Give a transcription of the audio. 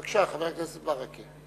בבקשה, חבר הכנסת ברכה.